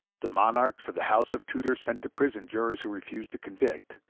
the monarchs of the house of tudor sent to prison jurors who refused to convict,